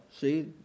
See